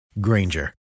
Granger